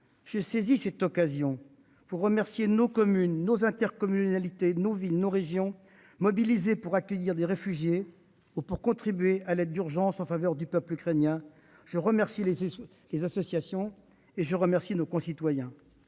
Je saisis cette occasion pour remercier nos communes, nos intercommunalités, nos villes, nos régions, mobilisées pour accueillir des réfugiés ou pour contribuer à l'aide d'urgence en faveur du peuple ukrainien. Je remercie les associations et je remercie nos concitoyens